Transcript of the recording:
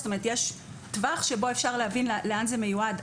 זאת אומרת יש טווח שבו אפשר להבין לאן זה מיועד.